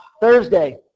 Thursday